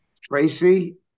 Tracy